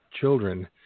children